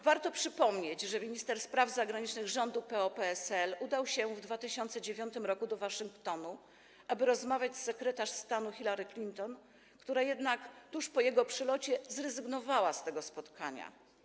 Warto przypomnieć, że minister spraw zagranicznych rządu PO-PSL udał się w 2009 r. do Waszyngtonu, aby rozmawiać z sekretarz stanu Hillary Clinton, która jednak tuż po jego przylocie zrezygnowała z tego spotkania.